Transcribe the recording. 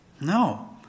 No